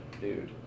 dude